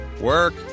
work